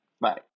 Bye